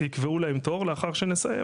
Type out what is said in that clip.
יקבעו להם תור לאחר שנסיים.